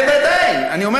בוודאי.